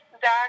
Zach